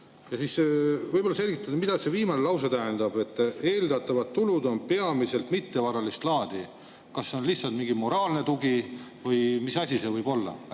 Ja siis võib-olla selgitate, mida see viimane lause tähendab, et eeldatavad tulud on peamiselt mittevaralist laadi? Kas see on lihtsalt mingi moraalne tugi või mis asi see võib olla?